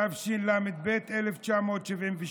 התשל"ב 1972,